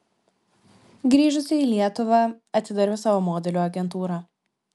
grįžusi į lietuvą atidariau savo modelių agentūrą